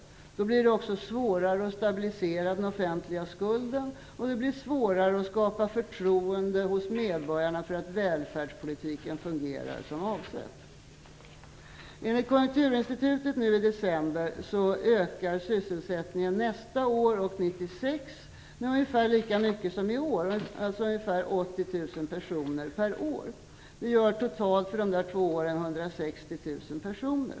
Då blir det också svårare att stabilisera den offentliga skulden, och det blir svårare att skapa förtroende hos medborgarna för att välfärdspolitiken fungerar som avsetts. Enligt Konjunkturinstitutet nu i december ökar sysselsättningen nästa år och 1996 med ungefär lika mycket som i år, alltså med ungefär 80 000 personer per år. Det innebär under de två åren en ökning med 160 000 personer.